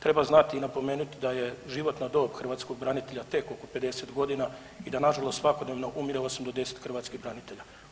Treba znati i napomenuti da je životna dob hrvatskog branitelja tek oko 50.g. i da nažalost svakodnevno umire 8 do 10 hrvatskih branitelja.